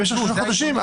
במשך שלושה חודשים,